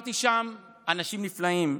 הכרתי שם אנשים נפלאים,